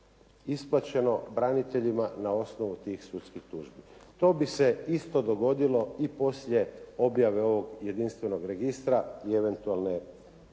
isplaćeno braniteljima na osnovu tih sudskih tužbi. To bi se isto dogodilo i poslije objave ovog jedinstvenog registra i eventualne